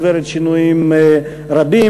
עוברת שינויים רבים,